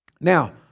Now